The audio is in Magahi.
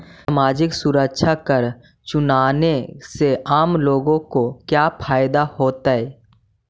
सामाजिक सुरक्षा कर चुकाने से आम लोगों को क्या फायदा होतइ